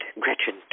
Gretchen